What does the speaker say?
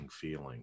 feeling